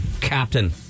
Captain